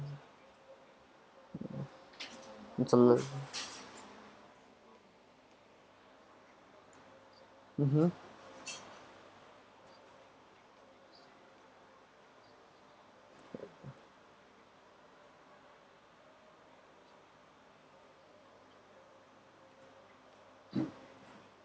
mm it alone mmhmm